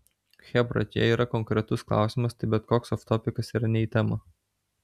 chebra jei yra konkretus klausimas tai bet koks oftopikas yra ne į temą